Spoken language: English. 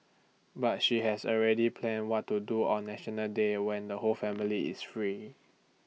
but she has already planned what to do on National Day when the whole family is free